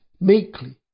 Meekly